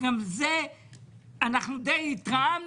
שגם על זה די התרעמנו,